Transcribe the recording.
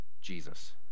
Jesus